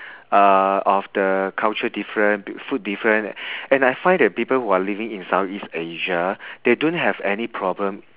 uh of the culture different food different and I find that people who are living in south east asia they don't have any problem